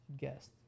guest